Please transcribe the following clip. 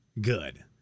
good